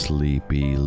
Sleepy